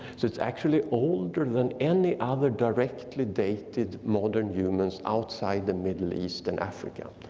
it's it's actually older than any other directly dated modern humans outside the middle east and africa.